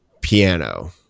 piano